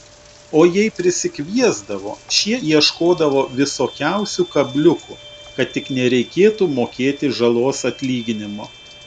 o jei prisikviesdavo šie ieškodavo visokiausių kabliukų kad tik nereikėtų mokėti žalos atlyginimo